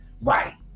Right